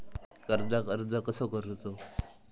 कर्जाक अर्ज कसो करूचो?